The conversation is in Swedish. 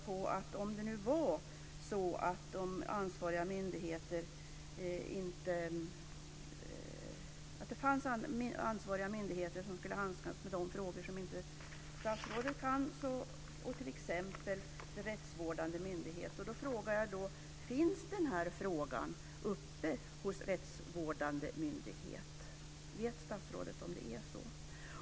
Statsrådet sade att det finns ansvariga myndigheter som ska handskas med de frågor som inte hon ansvarar för, t.ex. rättsvårdande myndigheter. Jag undrar då: Har den här frågan tagits upp av den rättsvårdande myndigheten? Vet statsrådet någonting om det?